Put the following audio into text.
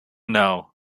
know